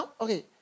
okay